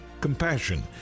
compassion